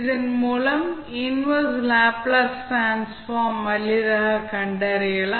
இதன் மூலம் inverse Laplace transform எளிதாகக் கண்டறியலாம்